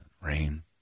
Rain